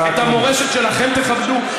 את המורשת שלכם תכבדו,